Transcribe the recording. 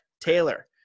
Taylor